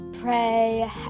pray